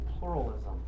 pluralism